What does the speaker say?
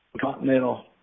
continental